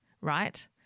right